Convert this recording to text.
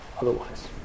otherwise